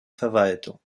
verwaltung